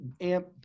AMP